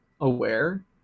aware